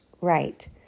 right